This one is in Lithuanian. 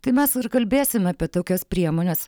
tai mes ir kalbėsim apie tokias priemones